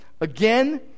again